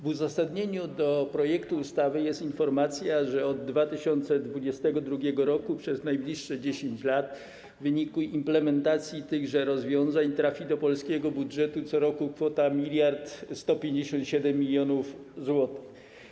W uzasadnieniu do projektu ustawy jest informacja, że od 2022 r. przez najbliższe 10 lat w wyniku implementacji tychże rozwiązań trafi do polskiego budżetu co roku kwota 1157 mln zł.